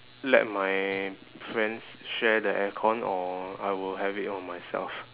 let my friends share the aircon or I will have it on myself